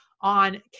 on